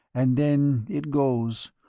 and then it goes,